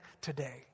today